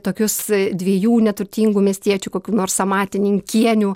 tokius dviejų neturtingų miestiečių kokių nors amatininkienių